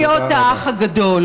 בלי להיות האח הגדול.